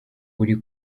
uri